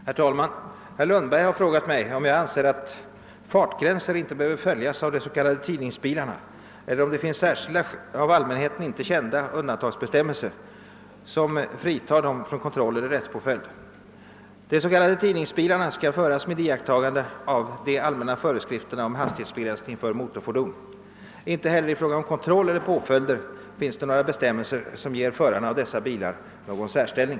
Herr talman! Herr Lundberg har frågat justitieministern om han anser att fartgränser inte behöver följas av de s.k. tidningsbilarna eller om det finns särskilda, av allmänheten ej kända undantagsbestämmelser som friar dem från kontroll eller rättspåföljd. Frågan har överlämnats till mig för besvarande. De s.k. tidningsbilarna skall föras med iakttagande av de allmänna föreskrifterna om hastighetsbegränsning för motorfordon. Inte heller i fråga om kontroll eller påföljder finns det några bestämmelser, som ger förarna av dessa bilar någon särställning.